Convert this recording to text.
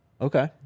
Okay